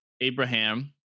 Abraham